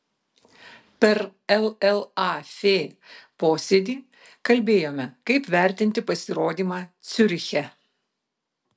per llaf posėdį kalbėjome kaip vertinti pasirodymą ciuriche